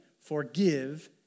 forgive